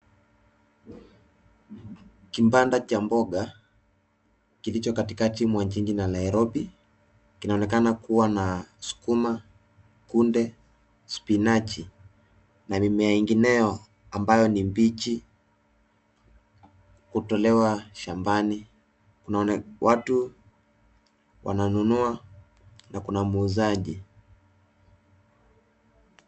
Kibanda cha mboga kilicho katikati mwa jiji la Nairobi kinaonekana kuwa na sukuma, kunde, spinach na mimea mingineyo ambayo ni mbichi kutolewa shambani. Watu wananunua na kuna muuzaji.